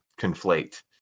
conflate